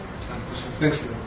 Thanks